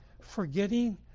Forgetting